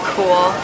Cool